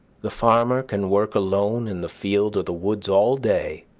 the farmer can work alone in the field or the woods all day,